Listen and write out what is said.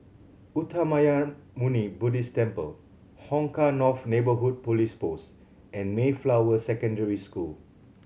Uttamayanmuni Buddhist Temple Hong Kah North Neighbourhood Police Post and Mayflower Secondary School